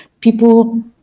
people